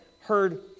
heard